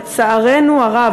לצערנו הרב,